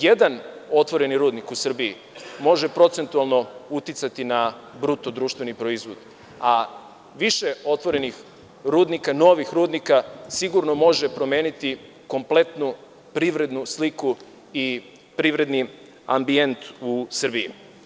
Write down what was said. Jedan otvoreni rudnik u Srbiji može procentualno uticati na BDP, a više otvorenih novih rudnika sigurno može promeniti kompletnu privrednu sliku i privredni ambijent u Srbiji.